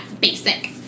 basic